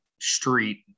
Street